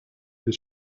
the